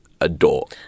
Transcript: adore